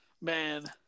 man